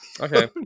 Okay